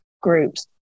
groups